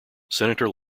senator